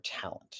talent